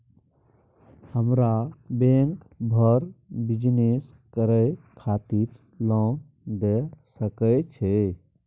हमरा बैंक बर बिजनेस करे खातिर लोन दय सके छै?